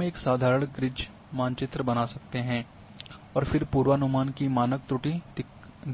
हम एक साधारण क्रिजड मानचित्र बना सकते है और फिर पूर्वानुमान की मानक त्रुटि